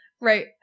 Right